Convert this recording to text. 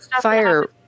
fire